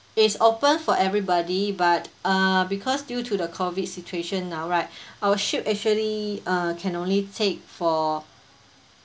it's opened for everybody but uh because due to the COVID situation now right our ship actually uh can only take for